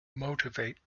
motivate